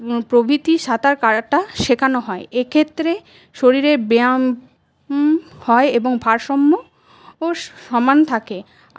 প্রভৃতি সাঁতার কাটা শেখানো হয় এক্ষেত্রে শরীরের ব্যায়াম হয় এবং ভারসাম্যও সমান থাকে